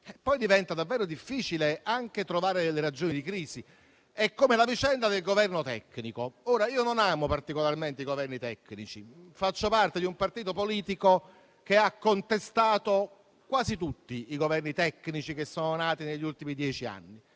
poi diventa davvero difficile anche trovare le ragioni di crisi. È come la vicenda del Governo tecnico. Io non li amo particolarmente, faccio parte di un partito politico che ha contestato quasi tutti i Governi tecnici nati negli ultimi dieci anni,